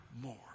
more